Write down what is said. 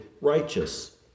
righteous